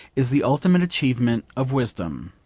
is the ultimate achievement of wisdom.